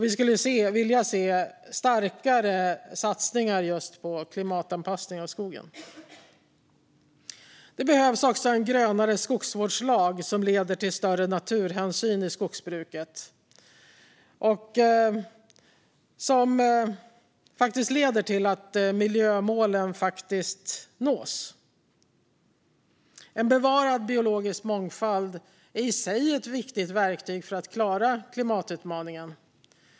Vi skulle vilja se starkare satsningar på klimatanpassning av skogen. Det behövs också en grönare skogsvårdslag som leder till större naturhänsyn i skogsbruket och till att miljömålen nås. En bevarad biologisk mångfald är i sig ett viktigt verktyg för att klara klimatutmaningen.